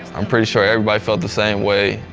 i'm pretty sure everybody felt the same way.